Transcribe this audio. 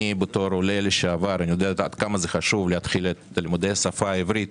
אני כעולה לשעבר יודע כמה חשוב להתחיל את לימודי השפה העברית